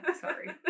Sorry